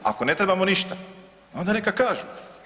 Ako ne trebamo ništa onda neka kažu.